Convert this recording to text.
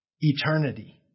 eternity